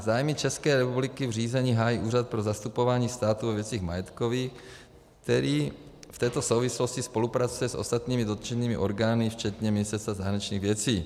Zájmy České republiky v řízení hájí Úřad pro zastupování státu ve věcech majetkových, který v této souvislosti spolupracuje s ostatními dotčenými orgány včetně Ministerstva zahraničních věcí.